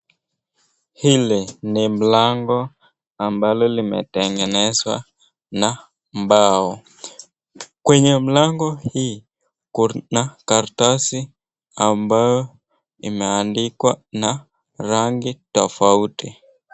Hili ni mlango ambalo limetengenezwa na mbao, kwenye mlango hii kuna karatasi ambao imeandikwa na rangi tofauti.